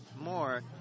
more